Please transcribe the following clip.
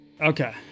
Okay